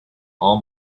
all